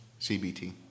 CBT